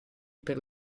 per